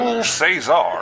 Cesar